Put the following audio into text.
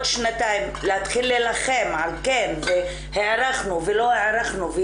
שנתיים להתחיל להילחם אם כן הארכנו או לא הארכנו,